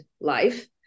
life